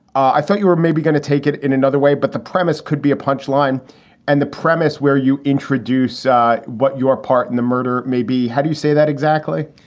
i thought you were maybe going to take it in another way, but the premise could be a punch line and the premise where you introduce ah what you are part in the murder maybe. how do you say that exactly?